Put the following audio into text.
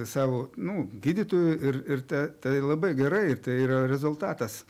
savo nu gydytoju ir ir ta tai labai gerai ir tai yra rezultatas